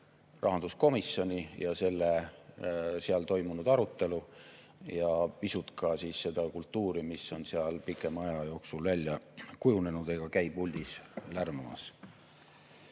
rahanduskomisjoni, [vahendan] seal toimunud arutelu ja pisut ka seda kultuuri, mis on seal pikema aja jooksul välja kujunenud, ega käi puldis lärmamas.